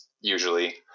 usually